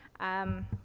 um,